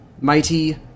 Mighty